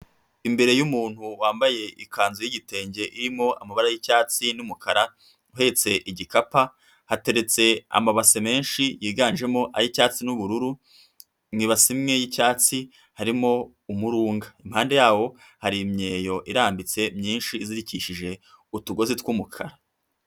Imbere y'umuntu wambaye ikanzu y'igitenge irimo amabara y'icyatsi n'umukara uhetse igikapu. Hateretse amabase menshi yiganjemo ay'icyatsi n'ubururu. Mu ibasi imwe y'icyatsi harimo umurunga. Impande yawo hari imyeyo irambitse myinshi izirikishije utugozi tw'umukara.